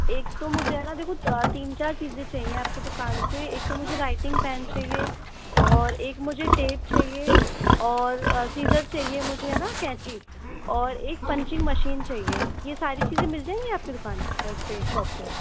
एक तो मुझे है ना देखो तीन चार चीज़ें चाहिएं आपकी दुकान से एक तो मुझे राइटिंग पेन चाहिए और एक मुझे टेप चाहिए और सीज़र चाहिए मुझे है ना केंची और एक पंचिंग मशीन चाहिए ये सारी चीज़ें मिल जाएंगी आपकी दुकान इस पे शॉप पे